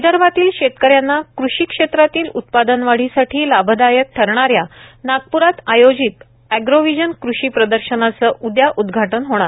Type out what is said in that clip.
विदर्भातील शेतकऱ्यांना कृषी क्षेत्रातील उत्पादनवाढीसाठी लाभदायक ठरणाऱ्या नागप्रात आयोजित एग्रोव्हिजन कृषी प्रदर्शनाचं उद्या उद्घाटन होणार